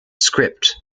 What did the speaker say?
script